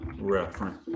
reference